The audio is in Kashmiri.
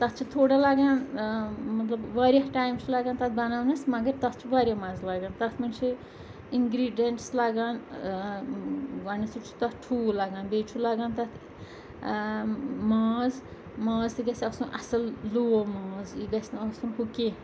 تَتھ چھِ تھوڑا لَگان مطلب واریاہ ٹایم چھُ لَگان تَتھ بَناونَس مگر تَتھ چھُ واریاہ مَزٕ لَگان تَتھ منٛز چھِ اِنگریٖڈیَنٹٕس لَگان گۄڈنٮ۪تھٕے چھُ تَتھ ٹھوٗل لَگان بیٚیہِ چھُ لَگان تَتھ ماز ماز تہِ گَژھِ آسُن اَصٕل لوو ماز یہِ گَژھِ نہٕ آسُن ہُہ کینٛہہ